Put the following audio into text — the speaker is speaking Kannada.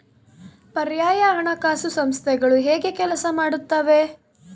ಪರ್ಯಾಯ ಹಣಕಾಸು ಸಂಸ್ಥೆಗಳು ಹೇಗೆ ಕೆಲಸ ಮಾಡುತ್ತವೆ?